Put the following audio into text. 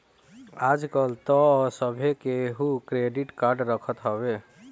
आजकल तअ सभे केहू क्रेडिट कार्ड रखत हवे